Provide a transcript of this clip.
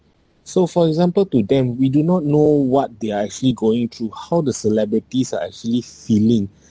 so for example to them we do not know what they are actually going through how the celebrities are actually feeling